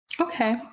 okay